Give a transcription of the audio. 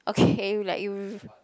okay like you